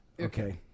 Okay